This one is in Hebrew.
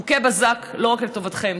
חוקי בזק, לא רק לטובתכם.